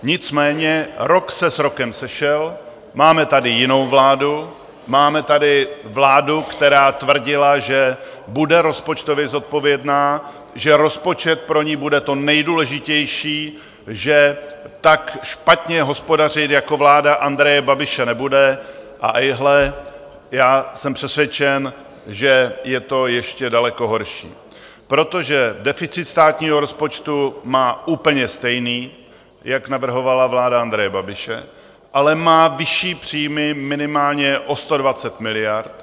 Nicméně rok se s rokem sešel, máme tady jinou vládu, máme tady vládu, která tvrdila, že bude rozpočtově zodpovědná, že rozpočet pro ni bude to nejdůležitější, že tak špatně hospodařit jako vláda Andreje Babiše nebude a ejhle, jsem přesvědčen, že je to ještě daleko horší, protože deficit státního rozpočtu má úplně stejný, jako navrhovala vláda Andreje Babiše, ale má vyšší příjmy minimálně o 120 miliard.